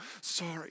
sorry